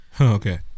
Okay